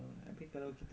mm